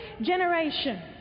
generation